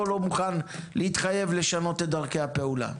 לא מוכן להתחייב לשנות את דרכי הפעולה.